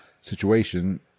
situation